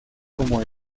como